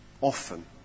often